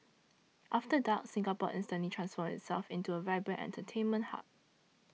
after dark Singapore instantly transforms itself into a vibrant entertainment hub